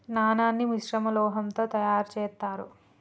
నాణాన్ని మిశ్రమ లోహంతో తయారు చేత్తారు